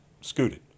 scooted